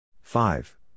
Five